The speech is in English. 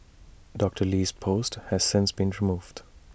Doctor Lee's post has since been removed